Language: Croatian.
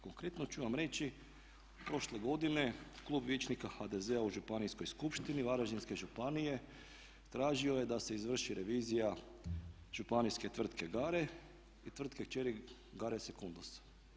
Konkretno ću vam reći prošle godine Klub vijećnika HDZ-a u Županijskoj skupštini Varaždinske županije tražio je da se izvrši revizija županijske tvrtke Gare, tvrtke kćeri Gare secundus.